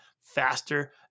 faster